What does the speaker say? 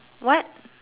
what